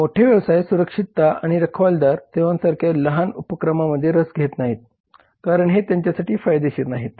मोठे व्यवसाय सुरक्षितता किंवा रखवालदार सेवांसारख्या लहान उपक्रमांमध्ये रस घेत नाहीत कारण हे त्यांच्यासाठी फायदेशीर नाहीत